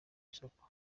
isoko